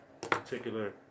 particular